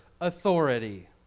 authority